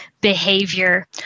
behavior